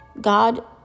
God